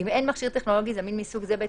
ואם אין מכשיר טכנולוגי זמין מסוג זה בעת